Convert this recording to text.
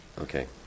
Okay